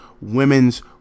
women's